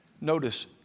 Notice